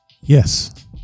Yes